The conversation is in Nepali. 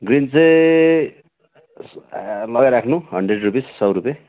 ग्रिन चाहिँ लगाइराख्नु हन्ड्रेड रुपिस् सय रुपियाँ